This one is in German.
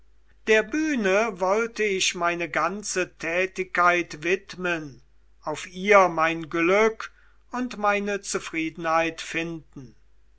der bühne wollte ich meine ganze tätigkeit widmen auf ihr mein glück und meine zufriedenheit finden